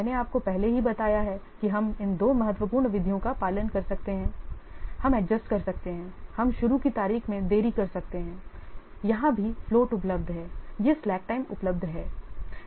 मैंने आपको पहले ही बताया है कि हम इन दो महत्वपूर्ण विधियों का पालन कर सकते हैं हम एडजस्ट कर सकते हैं हम शुरू की तारीख में देरी कर सकते हैं जहाँ भी फ्लोट उपलब्ध है यह स्लैक टाइम उपलब्ध है